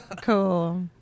Cool